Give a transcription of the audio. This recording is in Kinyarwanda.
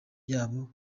yabo